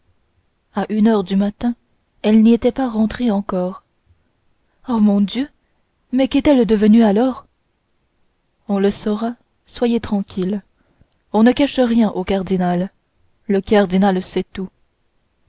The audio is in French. à une heure du matin elle n'y était pas rentrée encore ah mon dieu mais qu'est-elle devenue alors on le saura soyez tranquille on ne cache rien au cardinal le cardinal sait tout